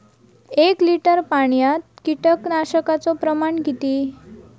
एक लिटर पाणयात कीटकनाशकाचो प्रमाण किती?